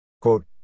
Quote